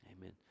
Amen